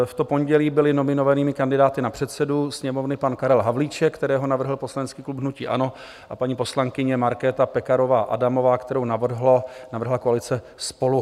V pondělí byli nominovanými kandidáty na předsedu Sněmovny pan Karel Havlíček, kterého navrhl poslanecký klub hnutí ANO, a paní poslankyně Markéta Pekarová Adamová, kterou navrhla koalice SPOLU.